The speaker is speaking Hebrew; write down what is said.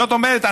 זאת אומרת,